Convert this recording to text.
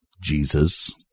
Jesus